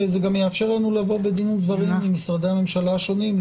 וזה גם יאפשר לנו לבוא בדין ודברים עם משרדי הממשלה השונים,